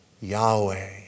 Yahweh